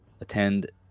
attend